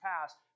passed